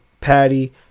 Patty